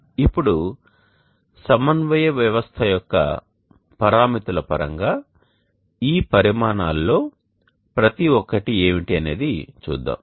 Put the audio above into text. ఇప్పుడు సమన్వయ వ్యవస్థ యొక్క పరామితుల పరంగా ఈ పరిమాణాలలో ప్రతి ఒక్కటి ఏమిటి అనేది చూద్దాం